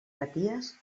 maties